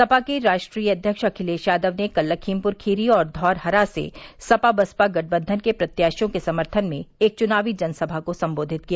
सपा के राष्ट्रीय अध्यक्ष अखिलेश यादव ने कल लखीमपुर खीरी और धौरहरा से सपा बसपा गठबंधन के प्रत्याशियों के समर्थन में एक चुनावी जनसभा को संबोधित किया